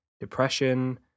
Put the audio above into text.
depression